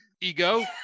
Ego